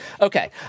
Okay